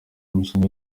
imishinga